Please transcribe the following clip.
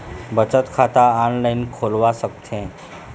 बचत खाता ऑनलाइन खोलवा सकथें?